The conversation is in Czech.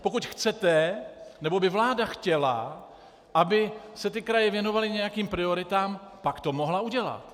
Pokud chcete, nebo by vláda chtěla, aby se kraje věnovaly nějakým prioritám, pak to mohla udělat.